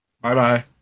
Bye-bye